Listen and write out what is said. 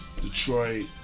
Detroit